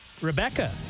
Rebecca